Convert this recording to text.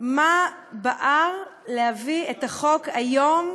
מה בער להביא את החוק היום,